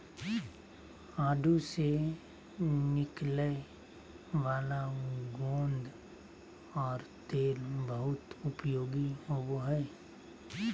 आडू से निकलय वाला गोंद और तेल बहुत उपयोगी होबो हइ